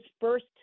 first